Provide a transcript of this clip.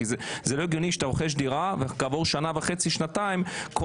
כי זה לא הגיוני שאתה רוכש דירה ואז כעבור שנה וחצי-שנתיים כל